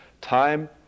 time